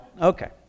okay